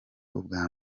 ubwa